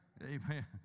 amen